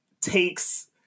takes